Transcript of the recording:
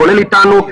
כולל איתנו.